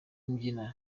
mbyina